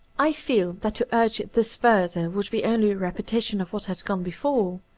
i feel that to urge this further would be only a repetition of what has gone before.